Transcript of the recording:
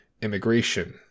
immigration